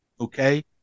Okay